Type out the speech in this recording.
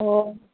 ꯑꯣ